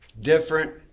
different